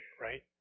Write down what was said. right